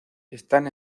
están